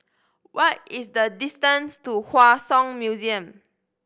what is the distance to Hua Song Museum